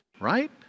right